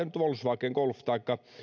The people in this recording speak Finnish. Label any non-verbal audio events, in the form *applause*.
*unintelligible* nyt volkswagen golf taikka